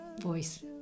voice